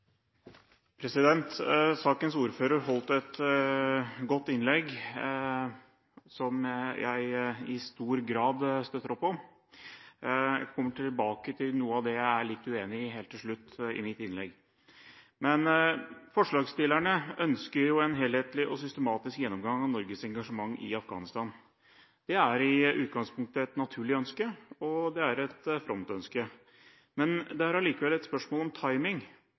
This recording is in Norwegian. andre. Sakens ordfører holdt et godt innlegg, som jeg i stor grad støtter opp om. Jeg kommer tilbake til noe av det jeg er litt uenig i, helt til slutt i mitt innlegg. Forslagsstillerne ønsker en helhetlig og systematisk gjennomgang av Norges engasjement i Afghanistan. Det er i utgangspunktet et naturlig ønske, og det er et fromt ønske. Men det er likevel et spørsmål om timing,